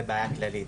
זה בעיה כללית.